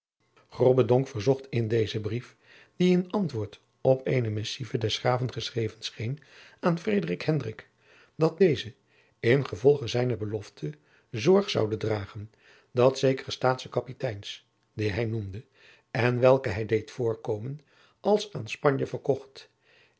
verzocht in dezen brief die in antwoord op eene missive des graven geschreven scheen aan frederik hendrik dat deze ingevolge zijne belofte zorg zoude dragen dat zekere staatsche kapiteins die hij noemde en welke hij deed voorkomen als aan spanje verkocht